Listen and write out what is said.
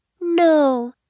No